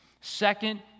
Second